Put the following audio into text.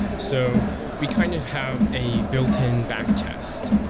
so we kind of have a built in back test.